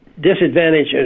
disadvantage